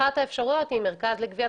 אחת האפשרויות האמורות היא המרכז לגביית